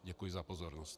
Děkuji za pozornost.